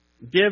Give